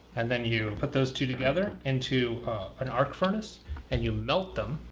and then you put those two together into an arc furnace and you melt them.